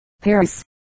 Paris